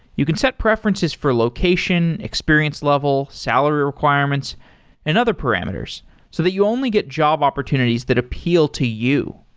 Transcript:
you can set preferences for location, experience level, salary requirements and other parameters so that you only get job opportunities that appeal to you.